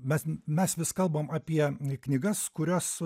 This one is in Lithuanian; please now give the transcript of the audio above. mes mes vis kalbam apie knygas kurios